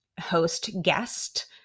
host-guest